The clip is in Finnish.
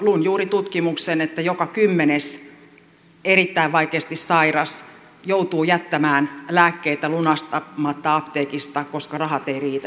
luin juuri tutkimuksen että joka kymmenes erittäin vaikeasti sairas joutuu jättämään lääkkeitä lunastamatta apteekista koska rahat eivät riitä niihin